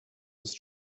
ist